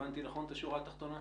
הבנתי נכון את השורה התחתונה?